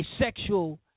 sexual